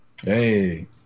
hey